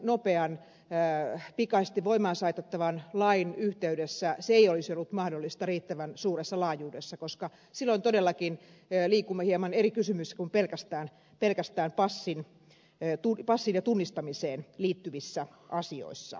tällaisen nopean pikaisesti voimaan saatettavan lain yhteydessä se ei olisi ollut mahdollista riittävän suuressa laajuudessa koska silloin todellakin liikumme hieman eri kysymyksissä kuin pelkästään passiin ja tunnistamiseen liittyvissä asioissa